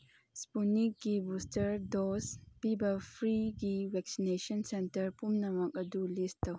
ꯏꯁꯄꯨꯅꯤꯛꯀꯤ booster dose ꯄꯤꯕ ꯐ꯭ꯔꯤꯒꯤ vaccination centre ꯄꯨꯝꯅꯃꯛ ꯑꯗꯨ ꯂꯤꯁ ꯇꯧ